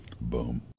Boom